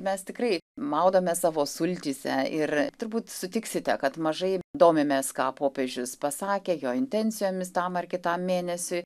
mes tikrai maudomės savo sultyse ir turbūt sutiksite kad mažai domimės ką popiežius pasakė jo intencijomis tam ar kitam mėnesiui